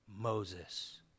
Moses